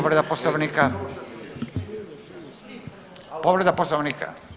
Povreda Poslovnika, povreda Poslovnika?